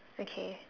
okay